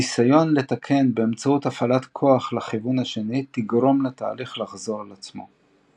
ניסיון לתקן באמצעות הפעלת כוח לכיוון השני תגרום לתהליך לחזור על עצמו.